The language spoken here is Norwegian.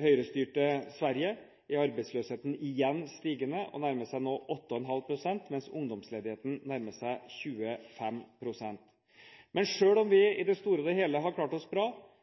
Høyre-styrte Sverige er arbeidsløsheten igjen stigende og nærmer seg nå 8,5 pst., mens ungdomsledigheten nærmer seg 25 pst. Men selv om vi i det store og hele har klart oss bra,